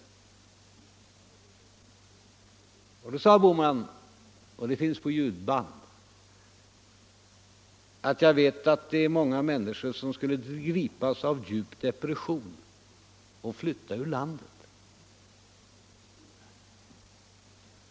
Då svarade herr Bohman -— ljudbandet finns bevarat — att jag vet att det är många människor som skulle gripas av djup depression och flytta ur landet.